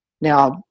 Now